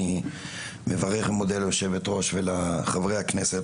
אני מברך ומודה ליושבת ראש ולחברי הכנסת,